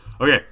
Okay